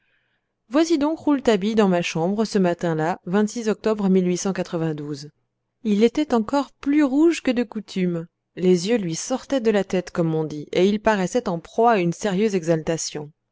voici donc rouletabille dans ma chambre ce matin-là octobre l était encore plus rouge que de coutume les yeux lui sortaient de la tête comme on dit et il paraissait en proie à une sérieuse